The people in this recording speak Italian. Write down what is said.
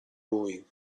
lui